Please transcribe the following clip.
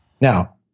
Now